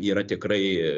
yra tikrai